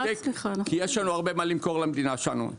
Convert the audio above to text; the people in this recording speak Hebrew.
כי יש לנו הרבה מה למכור למדינה שלנו.